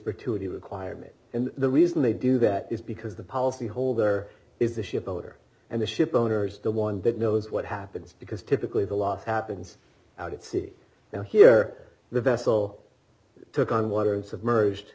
particular the requirement and the reason they do that is because the policy holder is the ship owner and the ship owners the one that knows what happens because typically the loss happens out at sea now here the vessel took on water and submerged